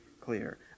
clear